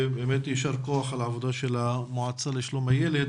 יישר כח על העבודה של המועצה לשלום הילד